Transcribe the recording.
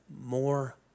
more